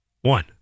one